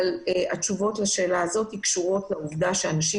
אבל התשובות לשאלה הזו קשורות לעובדה שאנשים